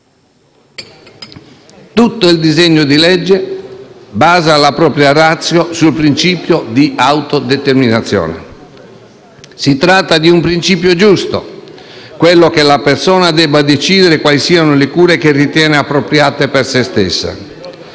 Tutto il disegno di legge basa la propria *ratio* sul principio di autodeterminazione. Si tratta di un principio giusto, secondo il quale la persona dove decidere quali siano le cure che ritiene appropriate per se stessa.